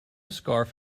scarf